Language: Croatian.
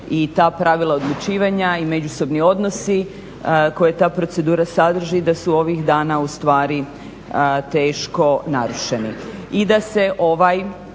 i ta pravila odlučivanja i međusobni odnosi koje ta procedura sadrži da su ovih dana teško narušeni.